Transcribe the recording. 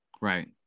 right